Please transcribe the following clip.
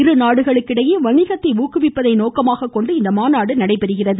இரு நாடுகளிடையே வணிகத்தை ஊக்குவிப்பதை நோக்கமாக கொண்டு இந்த மாநாடு நடைபெறுகிறது